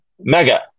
Mega